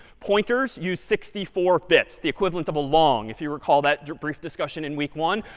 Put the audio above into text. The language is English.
pointers use sixty four bits the equivalent of a long, if you recall that brief discussion in week one.